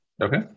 Okay